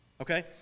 Okay